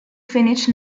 finish